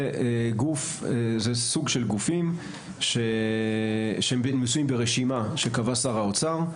זה סוג של גופים שהם מצויים ברשימה שקבע שר האוצר,